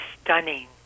stunning